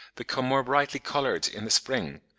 become more brightly coloured in the spring,